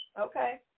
Okay